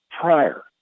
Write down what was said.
prior